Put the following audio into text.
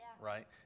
right